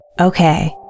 Okay